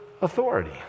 authority